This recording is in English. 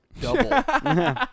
Double